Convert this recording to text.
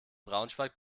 braunschweig